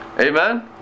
Amen